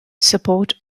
support